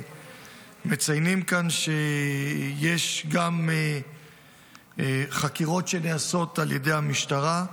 מציינים כאן, שיש גם חקירות שנעשות על ידי המשטרה,